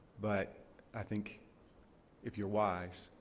but i think if you're wise,